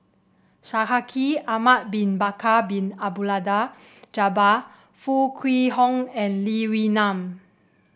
Shaikh Ahmad Bin Bakar Bin Abdullah Jabbar Foo Kwee Horng and Lee Wee Nam